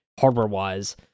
hardware-wise